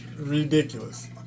ridiculous